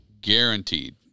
Guaranteed